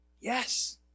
Yes